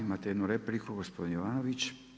Imate jednu repliku, gospodin Jovanović.